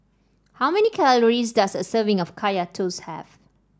how many calories does a serving of Kaya Toast have